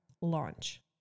launch